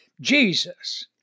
Jesus